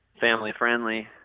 family-friendly